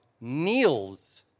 kneels